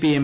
P M